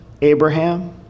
Abraham